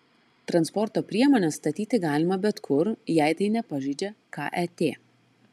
transporto priemones statyti galima bet kur jei tai nepažeidžia ket